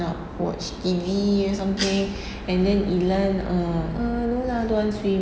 nak watch T_V or something and then ilan uh err no lah don't want swim